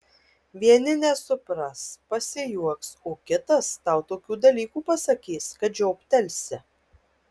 vieni nesupras pasijuoks o kitas tau tokių dalykų pasakys kad žioptelsi